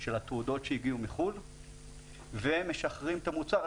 של התעודות שהגיעו מחו"ל ומשחררים את המוצר,